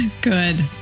Good